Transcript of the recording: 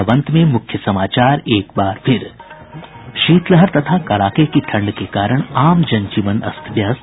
और अब अंत में मुख्य समाचार एक बार फिर शीतलहर तथा कड़ाके की ठंड के कारण आम जन जीवन अस्त व्यस्त